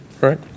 right